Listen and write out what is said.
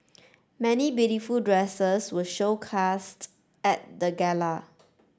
many beautiful dresses were showcased at the gala